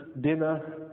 dinner